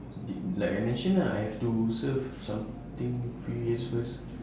did like I mention ah I have to serve something few years first